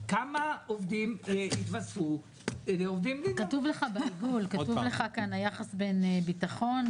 כתוב לך כאן היחס בין ביטחון,